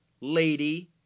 Lady